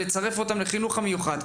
לחינוך המיוחד,